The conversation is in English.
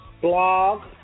Blog